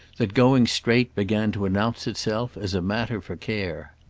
that going straight began to announce itself as a matter for care.